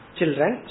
Children